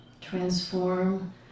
transform